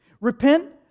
Repent